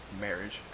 marriage